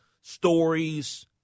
stories